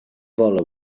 vola